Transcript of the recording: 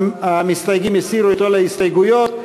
המסתייגים הסירו את כל ההסתייגויות,